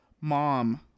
mom